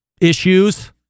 issues